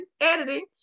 editing